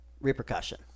Repercussion